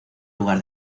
lugar